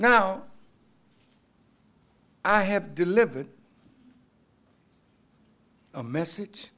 now i have delivered a message